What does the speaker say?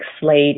slate